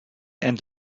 and